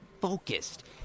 focused